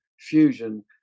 fusion